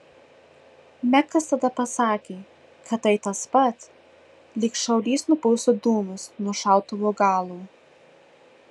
mekas tada pasakė kad tai tas pat lyg šaulys nupūstų dūmus nuo šautuvo galo